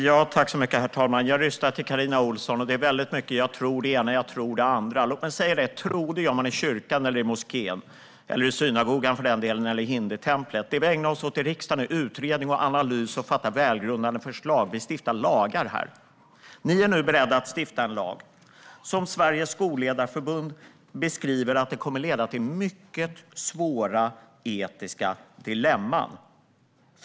Herr talman! Jag lyssnade på Carina Ohlsson, och det är väldigt mycket av att hon tror det ena, hon tror det andra. Tror det gör man i kyrkan, i moskén, synagogan eller i hinditemplet. Det som vi ägnar oss åt i riksdagen är utredning, analys och att komma med välgrundade förslag. Vi stiftar lagar här. Ni är nu beredda att stifta en lag som Sveriges Skolledarförbund bedömer kommer att leda till mycket svåra etiska dilemman.